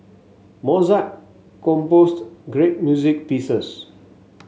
Mozart composed great music pieces